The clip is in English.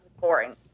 Boring